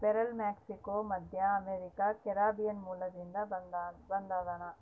ಪೇರಲ ಮೆಕ್ಸಿಕೋ, ಮಧ್ಯಅಮೇರಿಕಾ, ಕೆರೀಬಿಯನ್ ಮೂಲದಿಂದ ಬಂದದನಾ